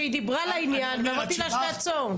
שהיא דיברה לעניין ואמרתי לה שתעצור.